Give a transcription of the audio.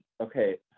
okay